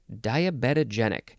Diabetogenic